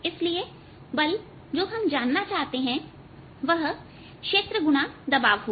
इसलिए बल जो हम जानना चाहते हैंवह क्षेत्र x दबाव होगा